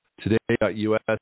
today.us